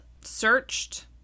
searched